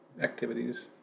activities